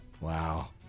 Wow